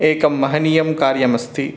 एकं महनीयं कार्यमस्ति